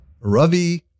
Ravi